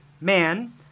Man